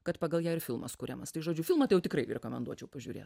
kad pagal ją ir filmas kuriamas tai žodžiu filmą tai jau tikrai rekomenduočiau pažiūrėt